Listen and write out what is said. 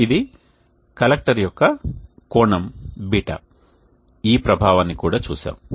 ఇది కలెక్టర్ యొక్క కోణం β ఈ ప్రభావాన్ని కూడా చూశాము